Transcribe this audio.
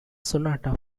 sonata